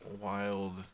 wild